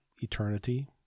eternity